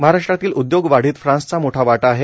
महाराष्ट्रातील उद्योग वाढीत फ्रान्सचा मोठा वाटा आहे